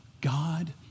God